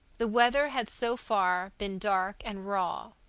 the weather had so far been dark and raw.